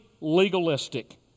legalistic